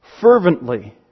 Fervently